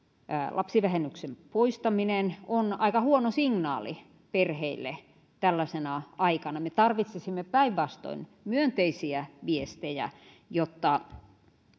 lapsivähennyksen poistaminen on aika huono signaali perheille tällaisena aikana me tarvitsisimme päinvastoin myönteisiä viestejä jotta